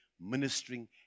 Ministering